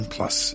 Plus